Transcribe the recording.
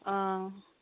অঁ